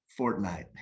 Fortnite